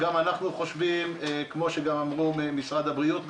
גם אנחנו חושבים כמו שגם אמרו ממשרד הבריאות,